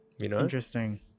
Interesting